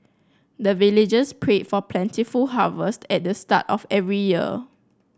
the villagers pray for plentiful harvest at the start of every year